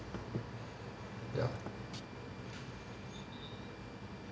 ya